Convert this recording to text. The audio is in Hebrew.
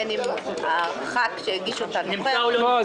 בין אם חבר הכנסת שהגיש אותה בוחר להיות נוכח ובין אם לא.